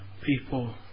people